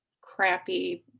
crappy